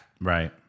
Right